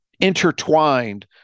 intertwined